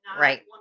right